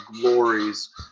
glories